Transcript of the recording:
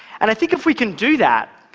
and i think if we can do that,